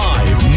Live